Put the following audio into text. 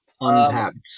untapped